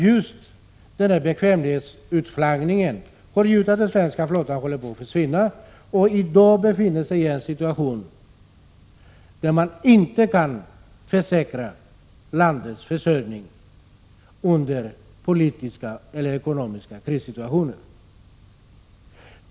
Just bekvämlighetsutflaggningen har medfört att den svenska flottan håller på att försvinna, och dagens situation är att man inte kan säkra landets försörjning under politiska eller ekonomiska krissituationer.